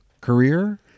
career